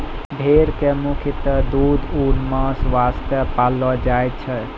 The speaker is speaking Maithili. भेड़ कॅ मुख्यतः दूध, ऊन, मांस वास्तॅ पाललो जाय छै